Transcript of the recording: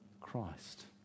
Christ